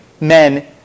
men